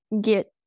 get